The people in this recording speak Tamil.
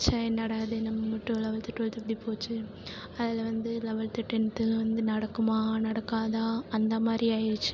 ச என்னடா இது நம்ம மட்டும் லெவல்த்து டுவெல்த்து இப்படி போச்சே அதில் வந்து லெவல்த்து டென்த்து வந்து நடக்குமா நடக்காதா அந்த மாதிரி ஆகிருச்சி